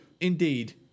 Indeed